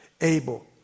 able